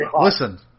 Listen